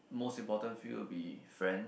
most important feel will be friend